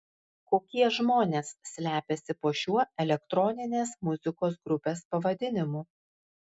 kokie žmonės slepiasi po šiuo elektroninės muzikos grupės pavadinimu